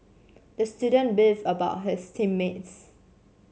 the student beefed about his team mates